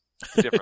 different